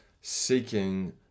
seeking